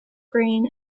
green